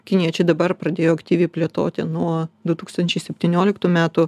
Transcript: kiniečiai dabar pradėjo aktyviai plėtoti nuo du tūkstančiai septynioliktų metų